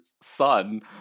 son